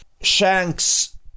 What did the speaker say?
Shanks